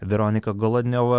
veronika golodneva